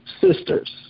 sisters